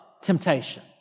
temptation